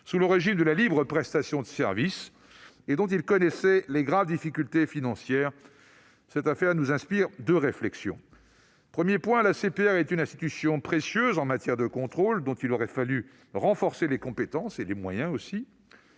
sous le régime de la libre prestation de services et dont il connaissait les graves difficultés financières ». Cette affaire nous inspire deux réflexions. Premier point : l'ACPR est une institution précieuse en matière de contrôle dont il aurait fallu renforcer les compétences et les moyens.